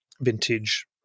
vintage